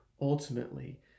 ultimately